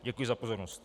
Děkuji za pozornost.